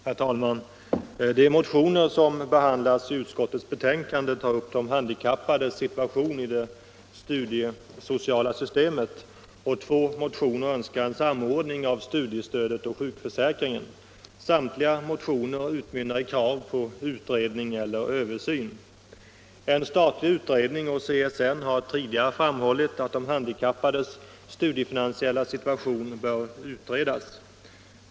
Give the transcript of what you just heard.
Herr talman! De motioner som behandlas i detta utskottsbetänkande tar upp de handikappades situation i det studiesociala systemet. Två motioner önskar en samordning av studiestödet och sjukförsäkringen. Samtliga motioner utmynnar i krav på utredning eller översyn. En statlig utredning och CSN har tidigare framhållit att de handikappades studiefinansiella situation bör utredas.